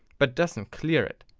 but doesn't clear it.